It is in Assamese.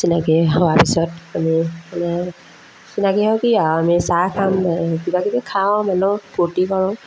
চিনাকি হোৱাৰ পিছত আমি মানে চিনাকি আৰু কি আৰু আমি চাহ খাম কিবাকিবি খাওঁ মেলো ফূৰ্তি কৰোঁ